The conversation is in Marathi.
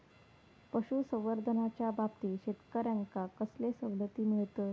पशुसंवर्धनाच्याबाबतीत शेतकऱ्यांका कसले सवलती मिळतत?